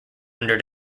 under